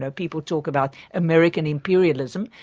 so people talk about american imperialism,